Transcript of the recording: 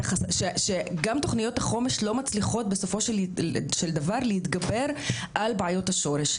שגם תוכניות החומש לא מצליחות בסופו של דבר להתגבר על בעיות השורש.